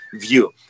view